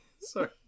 Sorry